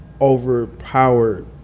overpowered